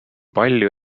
palju